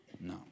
No